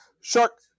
Shark